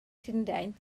llundain